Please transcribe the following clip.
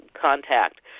contact